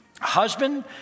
husband